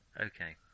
Okay